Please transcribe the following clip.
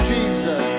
Jesus